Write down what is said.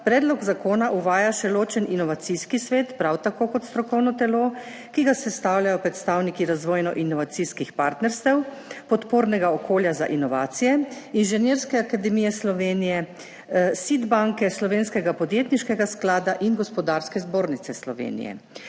predlog zakona uvaja še ločen inovacijski svet, prav tako kot strokovno telo, ki ga sestavljajo predstavniki razvojno-inovacijskih partnerstev, podpornega okolja za inovacije, Inženirske akademije Slovenije, SID banke, Slovenskega podjetniškega sklada in Gospodarske zbornice Slovenije.